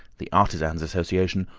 the artisan's association,